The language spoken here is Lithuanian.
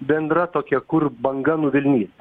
bendra tokia kur banga nuvilnys